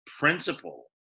principle